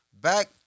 Back